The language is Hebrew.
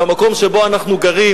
במקום שבו אנחנו גרים